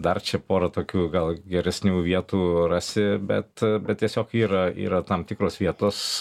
dar čia porą tokių gal geresnių vietų rasi bet bet tiesiog yra yra tam tikros vietos